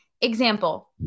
Example